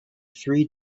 three